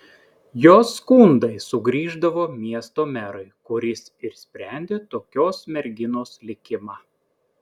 jos skundai sugrįždavo miesto merui kuris ir sprendė tokios merginos likimą